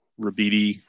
Rabidi